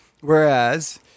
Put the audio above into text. Whereas